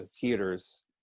theaters